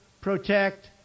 protect